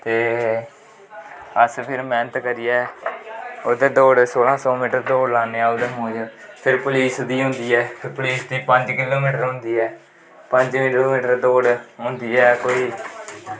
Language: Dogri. ते अस फिर मैह्नत करियै उत्थें दौड़ सोलांह् सौ मीटर दौड़ लान्नें आं ओह्दे मोजव फिर पुलिस दी होंदी ऐ पुलिस दी पंज किलो मीटर होंदी ऐ पंज किलो मीटर दौड़ होंदी ऐ कोई